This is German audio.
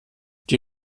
die